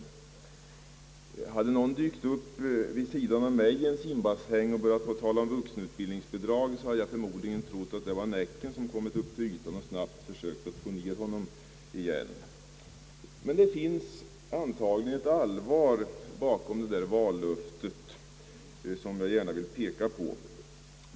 Hade någon dykt upp vid sidan av mig i en simbassäng och talat om vuxenutbildningsbidrag, hade jag förmodligen trott att det var näcken som kommit upp till ytan och snabbt försökt få ner honom igen. Men det finns antagligen ett allvar bakom detta vallöfte.